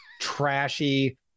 trashy